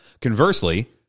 Conversely